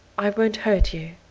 i won't hurt you.